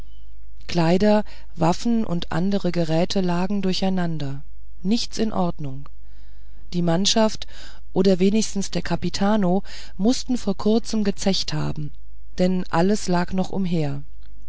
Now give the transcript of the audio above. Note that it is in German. kleider waffen und anderes geräte lag untereinander nichts in ordnung die mannschaft oder wenigstens der kapitano mußte vor kurzem gezecht haben denn es lag alles noch umher